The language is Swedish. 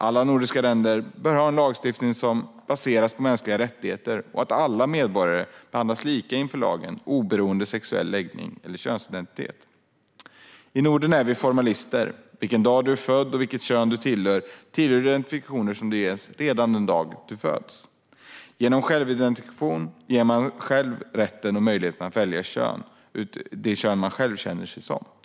Alla nordiska länder bör ha lagstiftning som baseras på mänskliga rättigheter och att alla medborgare behandlas lika inför lagen, oberoende av sexuell läggning eller könsidentitet. I Norden är vi formalister. Vilken dag man är född och vilket kön man tillhör är identifikationer som man ges redan den dag man föds. Genom självidentifikation ges man rätten och möjligheten att själv välja det kön man känner sig som.